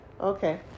Okay